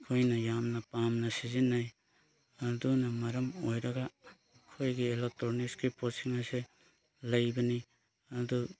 ꯑꯩꯈꯣꯏꯅ ꯌꯥꯝꯅ ꯄꯥꯝꯅ ꯁꯤꯖꯤꯟꯅꯩ ꯑꯗꯨꯅ ꯃꯔꯝ ꯑꯣꯏꯔꯒ ꯑꯩꯈꯣꯏꯒꯤ ꯏꯂꯦꯛꯇ꯭ꯔꯣꯅꯤꯛꯁꯀꯤ ꯄꯣꯠꯁꯤꯡ ꯑꯁꯤ ꯂꯩꯕꯅꯤ ꯑꯗꯨ